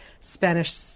Spanish